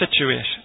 situation